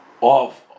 off